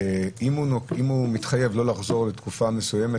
אם הוא מתחייב לא לחזור לתקופה מסוימת,